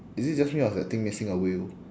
is it just me or is that thing missing a wheel